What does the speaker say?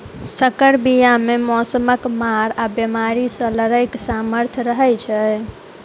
सँकर बीया मे मौसमक मार आ बेमारी सँ लड़ैक सामर्थ रहै छै